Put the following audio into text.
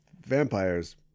Vampire's